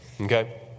okay